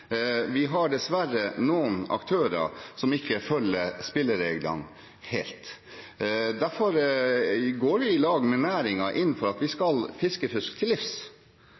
Vi har dessverre noen aktører som ikke følger spillereglene helt. Derfor går vi i lag med næringen inn for at vi skal fiskefusk til livs.